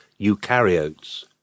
eukaryotes